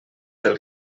del